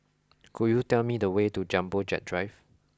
could you tell me the way to Jumbo Jet Drive